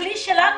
הכלי שיש לנו